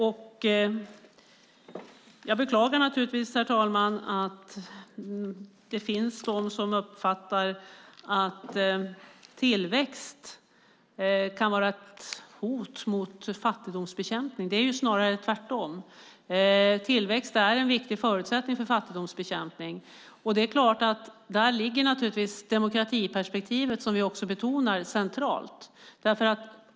Jag beklagar naturligtvis, herr talman, att det finns de som uppfattar att tillväxt kan vara ett hot mot fattigdomsbekämpning. Det är ju snarare tvärtom. Tillväxt är en viktig förutsättning för fattigdomsbekämpning. Där ligger naturligtvis det demokratiperspektiv som vi också betonar centralt.